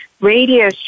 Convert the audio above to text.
radio